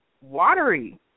watery